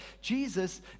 Jesus